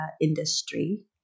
industry